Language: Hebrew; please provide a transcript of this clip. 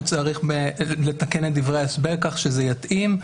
שצריך לתקן את דברי ההסבר כך שזה יתאים.